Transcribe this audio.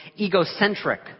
egocentric